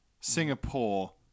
Singapore